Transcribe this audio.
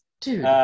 Dude